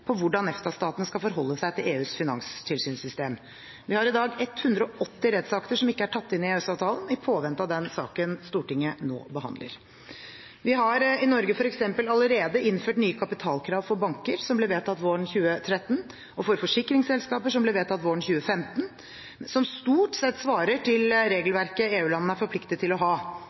på hvordan EFTA-statene skal forholde seg til EUs finanstilsynssystem. Vi har i dag 180 rettsakter som ikke er tatt inn i EØS-avtalen, i påvente av den saken Stortinget nå behandler. Vi har i Norge f.eks. allerede innført nye kapitalkrav for banker, som ble vedtatt våren 2013, og for forsikringsselskaper, som ble vedtatt våren 2015, som stort sett svarer til det regelverket EU-landene er forpliktet til å ha.